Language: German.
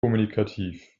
kommunikativ